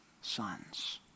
sons